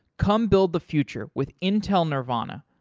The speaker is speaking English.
come build the future with intel nervana.